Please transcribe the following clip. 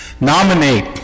nominate